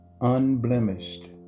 unblemished